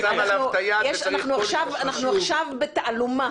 אנחנו עכשיו בתעלומה.